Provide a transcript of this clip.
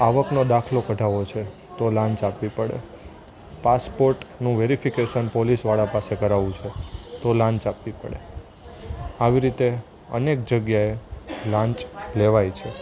આવકનો દાખલો કઢાવવો છે તો લાંચ આપવી પડે પાસપોર્ટનું વેરીફીકેશન પોલીસવાળા પાસે કરાવવું છે તો લાંચ આપવી પડે આવી રીતે અનેક જગ્યાએ લાંચ લેવાય છે